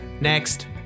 next